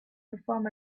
perform